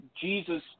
Jesus